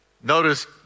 Notice